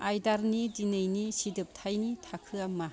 आयदारनि दिनैनि सिदोबथायनि थाखोआ मा